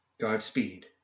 Godspeed